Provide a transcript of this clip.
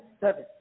seven